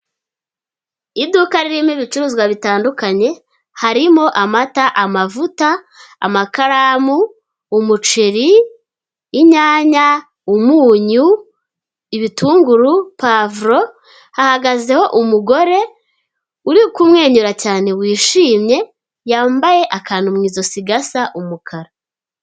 Iduka ririmo ibicuruzwa bitandukanye, harimo amata, amavuta, amakaramu, umuceri, inyanya, umunyu, ibitunguru, pavuro, hahagazeho umugore uri kumwenyura cyane wishimye yambaye akantu mu ijosi gasa umukara.